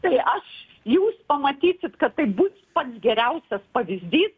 tai aš jūs pamatysit kad tai bus pats geriausias pavyzdys